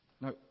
No